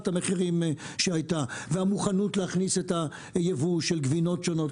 המחירים שהייתה והמוכנות להכניס את היבוא של גבינות שונות,